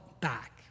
back